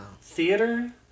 Theater